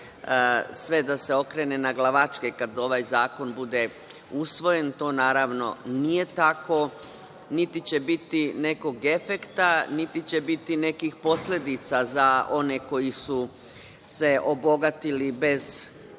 sve da se okrene naglavačke kad ovaj zakon bude usvojen. To naravno nije tako, niti će biti nekog efekta, niti će biti nekih posledica za one koji su se obogatili bez